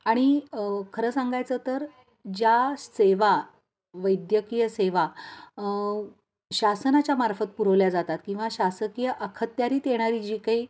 आणि खरं सांगायचं तर ज्या सेवा वैद्यकीय सेवा शासनाच्या मार्फत पुरवल्या जातात किंवा शासकीय अखत्यारीत येणारी जी काही